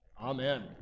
Amen